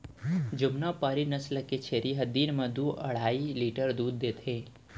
जमुनापारी नसल के छेरी ह दिन म दू अढ़ाई लीटर दूद देथे